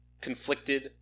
conflicted